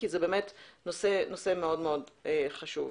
כי זה נושא מאוד חשוב.